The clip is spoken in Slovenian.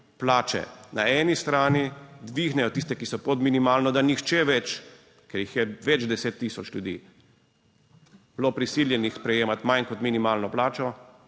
plače na eni strani dvignejo tiste, ki so pod minimalno, da nihče več, ker jih je več 10 tisoč ljudi bilo prisiljenih prejemati manj kot minimalno plačo,